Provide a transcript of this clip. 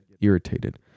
irritated